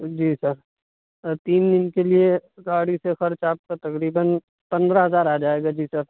جی sir تین دن کے لیے گاڑی سے خرچ آپ کا تقریباً پندرہ ہزار آ جائے گا جی سر